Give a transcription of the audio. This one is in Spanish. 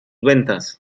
ventas